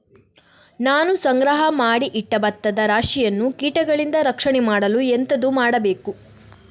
ನಾನು ಸಂಗ್ರಹ ಮಾಡಿ ಇಟ್ಟ ಭತ್ತದ ರಾಶಿಯನ್ನು ಕೀಟಗಳಿಂದ ರಕ್ಷಣೆ ಮಾಡಲು ಎಂತದು ಮಾಡಬೇಕು?